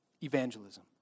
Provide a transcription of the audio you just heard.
evangelism